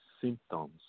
Symptoms